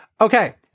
Okay